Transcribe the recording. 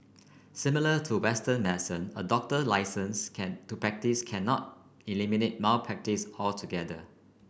similar to Western medicine a doctor licence can to practise cannot eliminate malpractice altogether